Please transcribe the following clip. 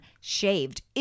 shaved